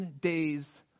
days